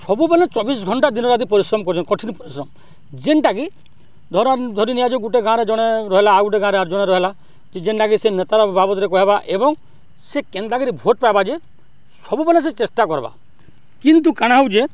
ସବୁବେଲେ ଚବିଶ୍ ଘଣ୍ଟା ଦିନ ରାତିି ପରିଶ୍ରମ କରୁଚନ୍ କଠିନ ପରିଶ୍ରମ ଯେନ୍ଟାକି ଧର ଧରିନିଆଯାଉ ଗୁଟେ ଗାଁରେ ଜଣେ ରହେଲା ଆଉ ଗୁଟେ ଗାଁରେ ଆର୍ ଜଣେ ରହେଲା ଯେନ୍ଟାକି ସେ ନେତା ବାବଦ୍ରେ କହେବା ଏବଂ ସେ କେନ୍ତାକରି ଭୋଟ୍ ପାଏବା ଯେ ସବୁବେଲେ ସେ ଚେଷ୍ଟା କର୍ବା କିନ୍ତୁ କାଣା ହଉଛେ